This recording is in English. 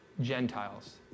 Gentiles